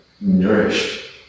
nourished